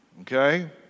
okay